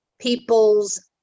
people's